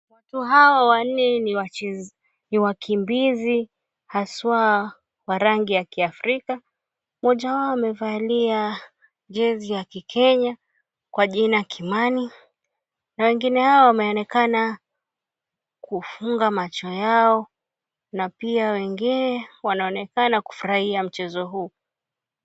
Watu hawa wanne ni wakimbizi haswa wa rangi ya kiafrika, mmoja wao amevalia jezi ya kikenya kwa jina Kimani na wengine wao wameonekana kufunga macho yao na pia wengine wanaonekana kufurahia mchezo huu.